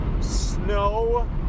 snow